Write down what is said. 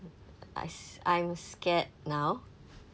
I s~ I'm scared now